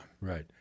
Right